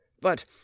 But